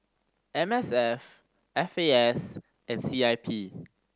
M S F F A S and C I P